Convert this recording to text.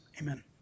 Amen